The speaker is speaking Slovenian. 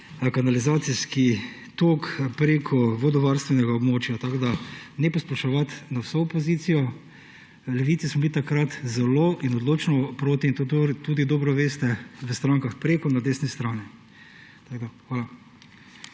kanalizacijski tok preko vodovarstvenega območja. Tako ne posploševati na vso opozicijo. V Levici smo bili takrat zelo in odločno proti in to tudi dobro veste v strankah preko, na desni strani. Hvala.